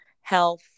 health